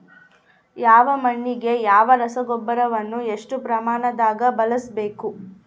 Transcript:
ಯಾವ ಮಣ್ಣಿಗೆ ಯಾವ ರಸಗೊಬ್ಬರವನ್ನು ಎಷ್ಟು ಪ್ರಮಾಣದಾಗ ಬಳಸ್ಬೇಕು?